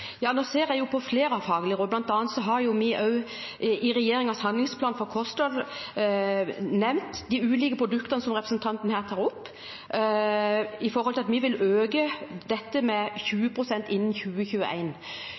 Jeg ser på flere faglige råd, bl.a. har vi i regjeringens handlingsplan for kosthold nevnt de ulike produktene som representanten her tar opp – vi vil øke dette med